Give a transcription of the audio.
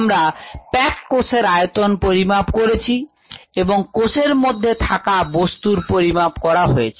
আমরা packed কোষের আয়তন পরিমাপ করেছি এবং কোষের মধ্যে থাকা বস্তুর পরিমাপ করা হয়েছে